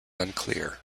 unclear